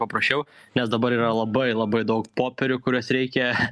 paprasčiau nes dabar yra labai labai daug popierių kuriuos reikia